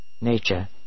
Nature